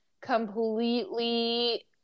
completely